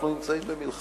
אנחנו נמצאים במלחמה,